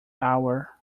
hour